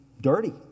dirty